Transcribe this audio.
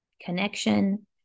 connection